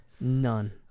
None